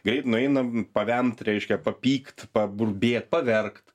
greit nueinam pavemt reiškia papykt paburbėt paverkt